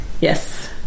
Yes